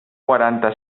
quaranta